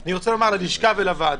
אני רוצה לומר ללשכה ולוועדה.